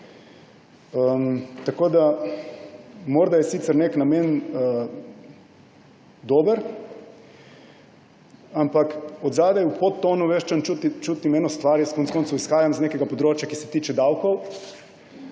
rešiti. Morda je sicer nek namen dober, ampak zadaj v podtonu ves čas čutim eno stvar − in jaz konec koncev izhajam z nekega področja, ki se tiče davkov